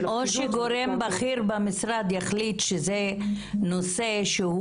הפרקליטות --- או שגורם בכיר במשרד יחליט שזה נושא שהוא